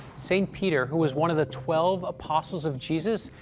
st. peter, who was one of the twelve apostles of jesus,